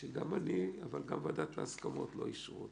שגם אני אבל גם ועדת ההסכמות לא אישרו אותם.